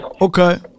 Okay